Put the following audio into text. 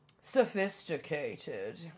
sophisticated